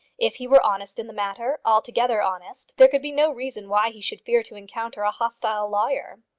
if he were honest in the matter, altogether honest, there could be no reason why he should fear to encounter a hostile lawyer.